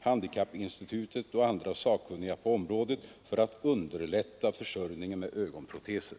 Handikappinstitutet och andra sakkunniga på området för att underlätta försörjningen med ögonproteser.